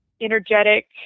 energetic